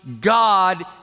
God